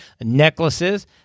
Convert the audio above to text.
necklaces